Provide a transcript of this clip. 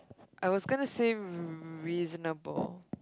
I was gonna say reasonable